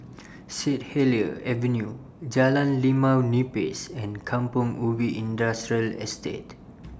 Sit Helier's Avenue Jalan Limau Nipis and Kampong Ubi Industrial Estate